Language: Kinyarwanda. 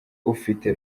ufite